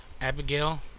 Abigail